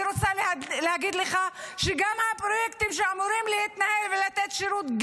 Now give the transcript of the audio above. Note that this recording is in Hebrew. אני רוצה להגיד לך שהפרויקטים שאמורים להתנהל ולתת שירות,